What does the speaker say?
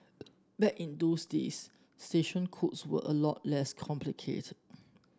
back in those days station codes were a lot less complicated